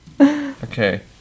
Okay